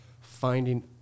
finding